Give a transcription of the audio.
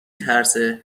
ترسه